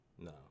no